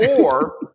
Or-